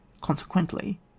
Consequently